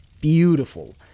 beautiful